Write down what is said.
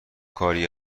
کاری